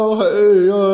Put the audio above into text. hey